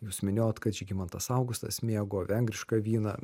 jūs minėjot kad žygimantas augustas mėgo vengrišką vyną